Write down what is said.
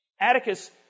Atticus